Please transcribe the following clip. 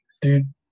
Dude